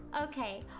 okay